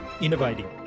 innovating